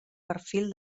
perfil